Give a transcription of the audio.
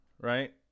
right